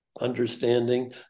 understanding